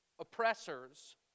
oppressors